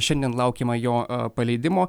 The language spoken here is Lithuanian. šiandien laukiama jo a paleidimo